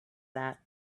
that